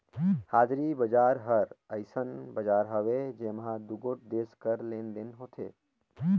हाजरी बजार हर अइसन बजार हवे जेम्हां दुगोट देस कर लेन देन होथे